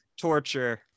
torture